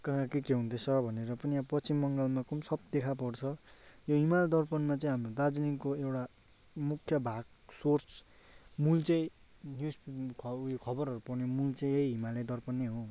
कहाँ के के हुँदैछ भनेर पनि अब पश्चिम बङ्गालमा को पनि सब देखापर्छ यो हिमाली दर्पणमा चाहिँ हाम्रो दार्जिलिङको एउटा मुख्य भाग सोर्स मूल चाहिँ न्युज खबरहरू पढ्ने मूल चाहिँ यही हिमालय दर्पण नै हो धन्यवाद